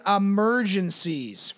emergencies